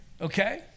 Okay